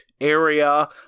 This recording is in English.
area